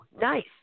nice